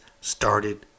started